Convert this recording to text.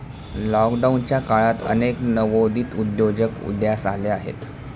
लॉकडाऊनच्या काळात अनेक नवोदित उद्योजक उदयास आले आहेत